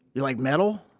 you like metal?